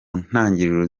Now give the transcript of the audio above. ntangiriro